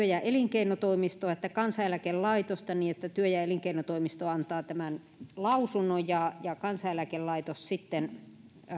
ja elinkeinotoimistoa että kansaneläkelaitosta niin että työ ja elinkeinotoimisto antaa tämän lausunnon ja ja kansaneläkelaitos sitten